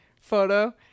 photo